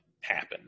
happen